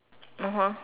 (uh huh)